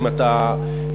אם אתה יודע,